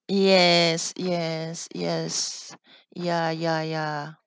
yes yes yes ya ya ya